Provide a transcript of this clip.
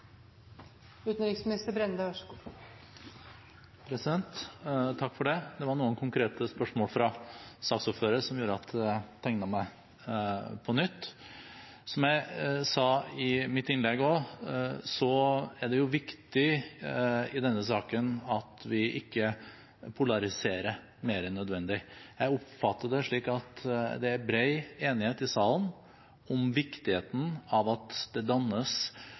Det var noen konkrete spørsmål fra saksordføreren som gjorde at jeg tegnet meg på nytt. Som jeg sa i mitt innlegg, er det viktig i denne saken at vi ikke polariserer mer enn nødvendig. Jeg oppfatter det slik at det er bred enighet i salen om viktigheten av at vi finner en tostatsløsning. Det